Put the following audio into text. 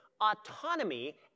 autonomy